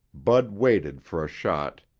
bud waited for a shot,